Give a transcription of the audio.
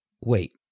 Wait